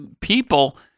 people